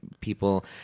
people